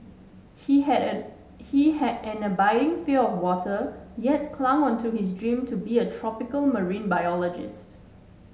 he had an he had an abiding fear of water yet clung on to his dream to be a tropical marine biologist